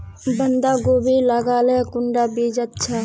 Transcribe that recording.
बंधाकोबी लगाले कुंडा बीज अच्छा?